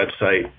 website